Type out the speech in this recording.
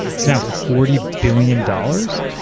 it's now forty billion dollars,